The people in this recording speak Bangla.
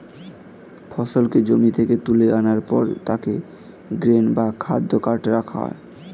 ফসলকে জমি থেকে তুলে আনার পর তাকে গ্রেন বা খাদ্য কার্টে রাখা হয়